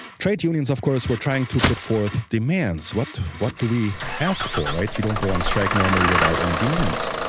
trade unions of course were trying to put forth demands what what do we ask for, right? you don't go on strike normally without any demands.